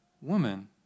Woman